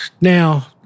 now